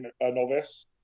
novice